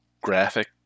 graphic